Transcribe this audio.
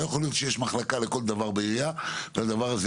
לא יכול להיות שיש מחלקה לכל דבר בעירייה ולדבר הזה